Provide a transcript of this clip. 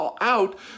out